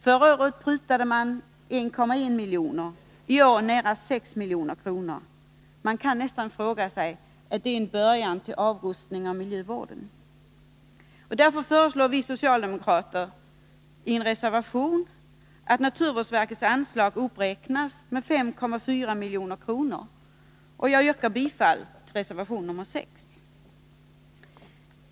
Förra året prutades 1,1 milj.kr. och i år nära 6 milj.kr. Man kan nästan undra om det är en början till avrustning av miljövården. Vi socialdemokrater föreslår i en reservation att naturvårdsverkets anslag uppräknas med 5,4 milj.kr. Jag yrkar därför bifall till reservation nr. 6.